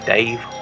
Dave